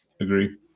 Agree